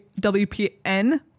WPN